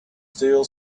still